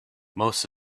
most